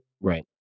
Right